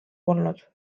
polnud